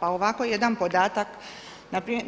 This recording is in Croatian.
Pa ovako jedan podatak,